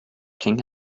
king